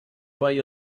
buy